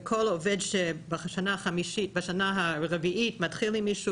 וכל עובד שבשנה הרביעית מתחיל עם מישהו